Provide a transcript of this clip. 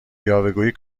یاوهگویی